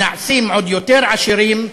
הנעשים עוד יותר עשירים,